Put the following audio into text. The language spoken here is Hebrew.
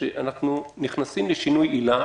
שאנחנו נכנסים לשינוי עילה